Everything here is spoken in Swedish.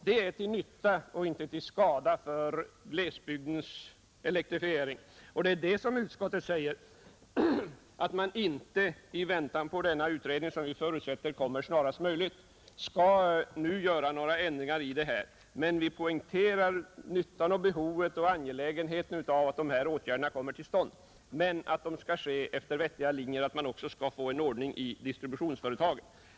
Detta är till nytta och inte till skada för glesbygdens elektrifiering. Utskottet säger då att man inte i väntan på den utredningen, som vi förutsätter kommer snarast möjligt, inte nu skall vidta några förändringar. Vi poängterar nyttan, behovet och angelägenheten av att dessa åtgärder kommer till stånd men att de skall ske efter vettiga linjer, så att man får en effektiv ordning också i fråga om distributionsföretagen.